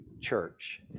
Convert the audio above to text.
church